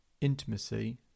Intimacy